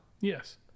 Yes